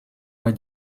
oie